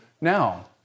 now